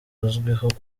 azwiho